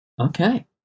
Okay